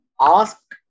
ask